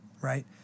right